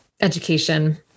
education